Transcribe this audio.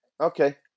Okay